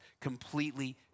completely